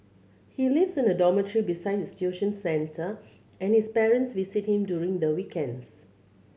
he lives in a dormitory besides his tuition centre and his parents visit him during the weekends